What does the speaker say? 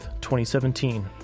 2017